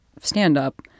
stand-up